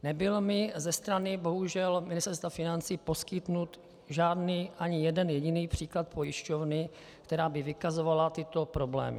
Nebyl mi bohužel ze strany Ministerstva financí poskytnut žádný, ani jeden jediný příklad pojišťovny, která by vykazovala tyto problémy.